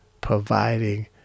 providing